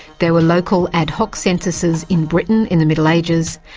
there were local ad hoc censuses in britain in the middle ages,